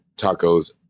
tacos